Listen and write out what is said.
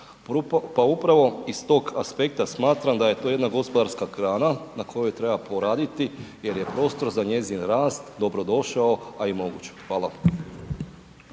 pa upravo iz tog aspekta smatram da je to jedna gospodarska grana na kojoj treba poraditi jer je prostor za njezin rast dobrodošao, a i moguć je. Hvala.